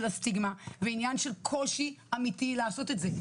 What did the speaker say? סטיגמה ויש כאן קושי אמיתי לעשות את זה.